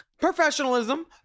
Professionalism